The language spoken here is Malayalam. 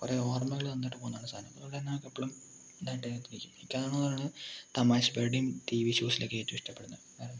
കുറേ ഓർമ്മകൾ തന്നിട്ട് പോകുന്ന സാധനം അതുപോലെ തന്നെ എപ്പളും ഇതായിട്ട് ഇരിക്കും എനിക്കതാ പറയുന്നേ തമാശ പരിപാടിയും ടി വി ഷോസിൽ ഒക്കെ ഏറ്റവും ഇഷ്ടപ്പെടുന്നത് വേറൊന്നും ഇല്ല